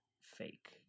fake